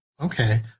Okay